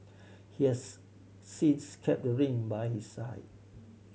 he has since kept the ring by his side